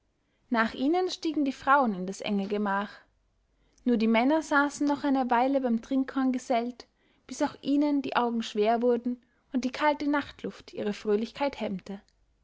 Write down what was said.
nach ihnen stiegen die frauen in das enge gemach nur die männer saßen noch eine weile beim trinkhorn gesellt bis auch ihnen die augen schwer wurden und die kalte nachtluft ihre fröhlichkeit hemmte